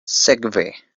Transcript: sekve